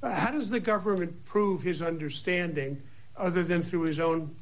but how does the government prove his understanding other than through his own